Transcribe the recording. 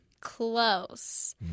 Close